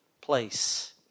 place